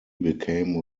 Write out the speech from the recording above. became